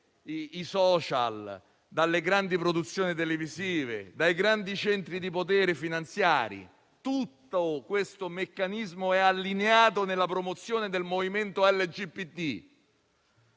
network,* dalle grandi produzioni televisive e dai grandi centri di poteri finanziario. Tutto questo meccanismo è allineato nella promozione del movimento LGBT.